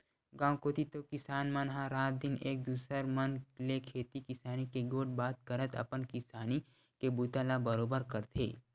गाँव कोती तो किसान मन ह रात दिन एक दूसर मन ले खेती किसानी के गोठ बात करत अपन किसानी के बूता ला बरोबर करथे